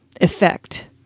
effect